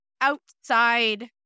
outside